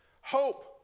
Hope